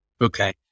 Okay